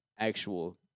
Actual